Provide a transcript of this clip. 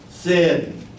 Sin